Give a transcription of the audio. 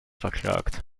verklagt